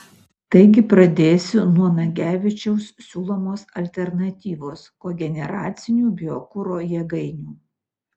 taigi pradėsiu nuo nagevičiaus siūlomos alternatyvos kogeneracinių biokuro jėgainių